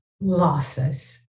losses